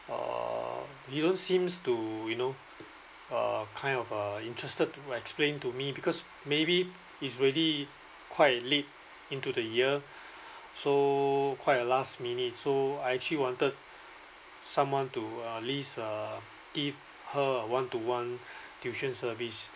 uh he don't seems to you know uh kind of uh interested to explain to me because maybe it's really quite late into the year so quite last minute so I actually wanted someone to uh list uh give her a one to one tuition service